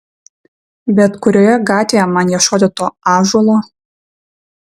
bet kurioje gatvėje man ieškoti to ąžuolo